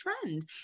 trend